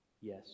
Yes